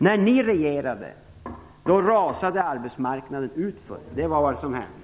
När ni regerade rasade arbetsmarknaden utför. Det var vad som hände.